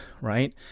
right